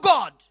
God